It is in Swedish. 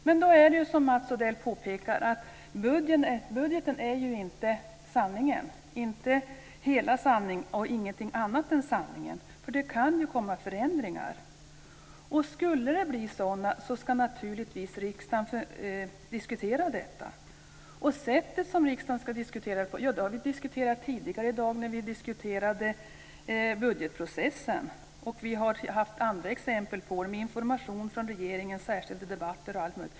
Men då är det som Mats Odell påpekar: Budgeten är inte sanningen, hela sanningen och ingenting annat än sanningen. Det kan ju komma förändringar. Skulle det bli sådana ska naturligtvis riksdagen diskutera detta. Det sätt på vilket riksdagen ska göra det har vi diskuterat tidigare i dag när vi talade om budgetprocessen. Vi har haft andra exempel - information från regeringen, särskilda debatter och allt möjligt.